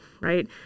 right